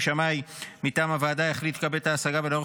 אם השמאי מטעם הוועדה יחליט לקבל את ההשגה ולערוך